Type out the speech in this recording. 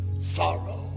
sorrow